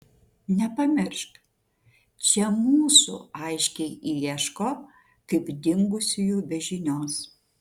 nepamiršk čia mūsų aiškiai ieško kaip dingusiųjų be žinios